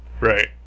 Right